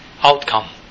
outcome